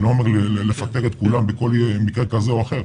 אני לא אומר לפטר את כולם בכל מקרה כזה או אחר,